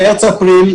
מארס-אפריל,